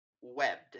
webbed